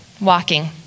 walking